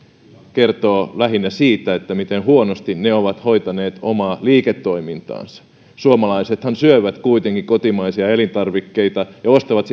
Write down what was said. kertoo lähinnä siitä miten huonosti ne ovat hoitaneet omaa liiketoimintaansa suomalaisethan syövät kuitenkin kotimaisia elintarvikkeita ja ostavat